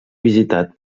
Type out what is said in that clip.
visitat